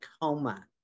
coma